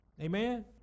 amen